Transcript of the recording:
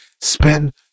Spend